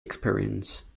experience